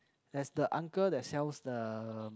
there's the uncle that sells the